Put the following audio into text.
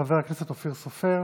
חבר הכנסת אופיר סופר,